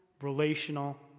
relational